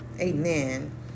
Amen